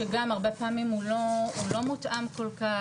שגם הרבה פעמים הוא לא מותאם כל כך,